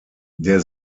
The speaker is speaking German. der